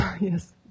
Yes